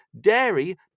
Dairy